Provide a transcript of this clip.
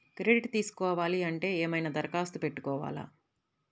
Credit తీసుకోవాలి అంటే ఏమైనా దరఖాస్తు పెట్టుకోవాలా?